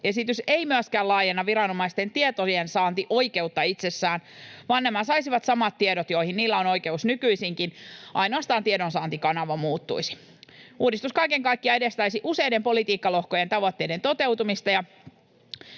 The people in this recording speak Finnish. Esitys ei myöskään laajenna viranomaisten tietojensaantioikeutta itsessään, vaan nämä saisivat samat tiedot, joihin niillä on oikeus nykyisinkin, ainoastaan tiedonsaantikanava muuttuisi. Uudistus kaiken kaikkiaan edistäisi useiden politiikkalohkojen tavoitteiden toteutumista,